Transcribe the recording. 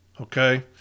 okay